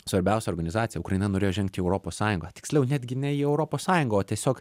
svarbiausia organizacija ukraina norėjo žengt į europos sąjungą tiksliau netgi ne į europos sąjungą o tiesiog